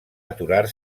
aturar